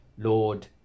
Lord